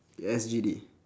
ya S_G_D